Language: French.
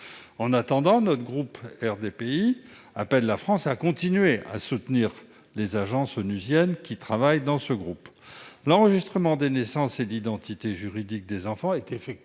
En attendant, le groupe RDPI appelle la France à continuer à soutenir les agences onusiennes qui travaillent dans ce groupe. L'enregistrement des naissances et l'identité juridique des enfants sont